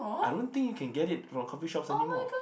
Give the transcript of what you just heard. I don't think you can get it from coffeeshops anymore